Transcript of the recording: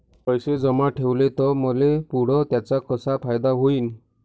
पैसे जमा ठेवले त मले पुढं त्याचा कसा फायदा होईन?